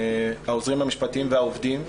העוזרים המשפטיים והעובדים,